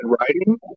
writing